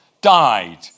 died